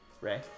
Ray